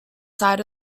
side